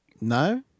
No